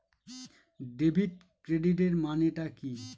Debit ক্রেডিটের মানে টা কি?